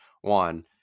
one